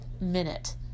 minute